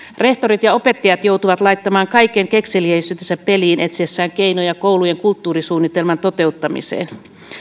rehtorit ja opettajat joutuvat laittamaan kaiken kekseliäisyytensä peliin etsiessään keinoja koulujen kulttuurisuunnitelman toteuttamiseen